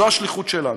זו השליחות שלנו.